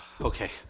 okay